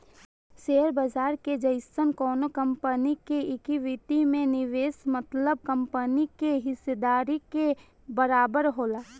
share बाजार के जइसन कवनो कंपनी के इक्विटी में निवेश मतलब कंपनी के हिस्सेदारी के बराबर होला